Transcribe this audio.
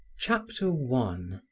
chapter one